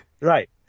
Right